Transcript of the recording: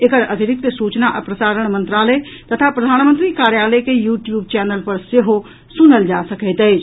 एकर अतिरिक्त सूचना आ प्रसारण मंत्रालय तथा प्रधानमंत्री कार्यालय के यूट्यूब चैनल पर सेहो सुनल जा सकैत अछि